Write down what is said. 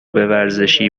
ورزشی